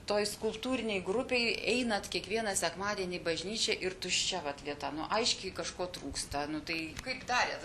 toj skulptūrinėj grupėj einat kiekvieną sekmadienį į bažnyčią ir tuščia vat vieta nuo aiškiai kažko trūksta nu tai kaip darėt